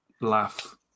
laugh